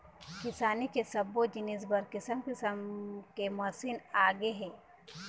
किसानी के सब्बो जिनिस बर किसम किसम के मसीन आगे हे